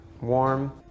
warm